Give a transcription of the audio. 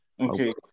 Okay